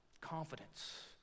Confidence